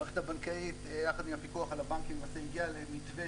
המערכת הבנקאית יחד עם הפיקוח על הבנקים הגיעה למתווה